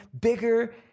bigger